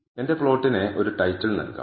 എന്റെ പ്ലോട്ടിന് ഒരു ടൈറ്റിൽ നൽകാം